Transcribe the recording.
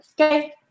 okay